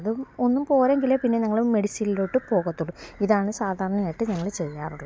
അതും ഒന്നും പോരെങ്കിലെ ഞങ്ങൾ മെഡിസിനിലോട്ടു പോകാത്തുള്ളൂ ഇതാണ് സാധാരണയായിട്ടു ഞങ്ങൾ ചെയ്യാറുള്ളതും